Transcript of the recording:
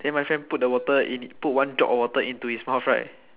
then my friend put the water in put one drop of water in to his mouth right